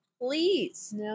please